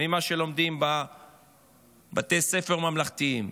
ממה שלומדים בבתי ספר ממלכתיים,